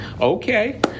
okay